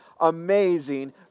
amazing